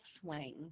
swing